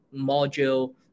module